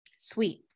Sweet